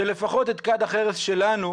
שלפחות את כד החרס שלנו